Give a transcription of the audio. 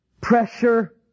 pressure